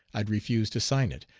i'd refuse to sign it,